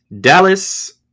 Dallas